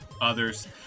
others